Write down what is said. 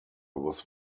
was